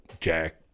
Jack